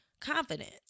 confidence